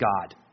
God